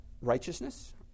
righteousness